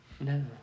No